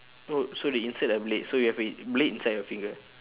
oh so they insert a blade so you have a blade inside your finger